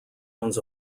owns